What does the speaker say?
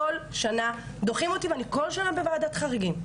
כל שנה דוחים אותי וכל שנה אני בוועדת חריגים,